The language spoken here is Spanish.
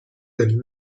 del